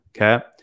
Okay